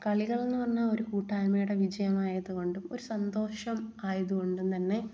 കളികൾ എന്ന് പറഞ്ഞാൽ ഒരു കൂട്ടായ്മയുടെ വിജയമായതുകൊണ്ടും ഒരു സന്തോഷം ആയതുകൊണ്ടും തന്നെ